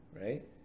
Right